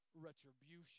retribution